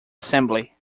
assembly